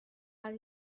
are